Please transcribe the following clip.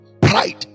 pride